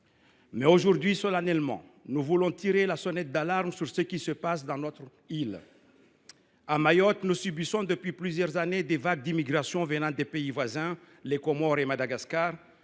aujourd’hui, solennellement, tirer la sonnette d’alarme sur ce qui se passe dans notre île. À Mayotte, nous subissons depuis plusieurs années des vagues d’immigration venant des pays voisins, les Comores et Madagascar,